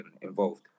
involved